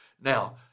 Now